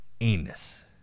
Anus